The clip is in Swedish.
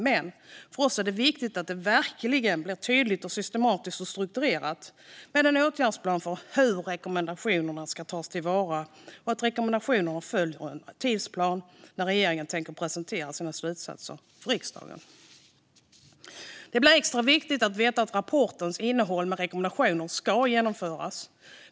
Men för oss är det viktigt att det verkligen blir tydligt, systematiskt och strukturerat, med en åtgärdsplan för hur rekommendationerna ska tas till vara, och att rekommendationerna följs av en tidsplan för när regeringen tänker presentera sina slutsatser för riksdagen. Det blir extra viktigt att veta att rapportens innehåll med rekommendationer ska genomföras.